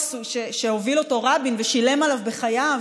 שהוביל אותו רבין ושילם על כך בחייו,